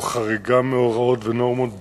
הוא חריגה מהוראות ומנורמות ברורות,